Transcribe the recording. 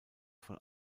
von